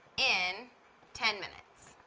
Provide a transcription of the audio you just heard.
in ten minutes.